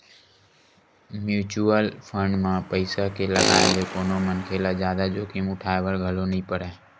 mutual fund म पइसा के लगाए ले कोनो मनखे ल जादा जोखिम उठाय बर घलो नइ परय